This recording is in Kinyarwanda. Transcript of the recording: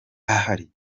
ahari